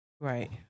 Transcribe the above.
Right